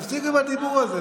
תפסיקו עם הדיבור הזה.